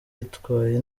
yitwaye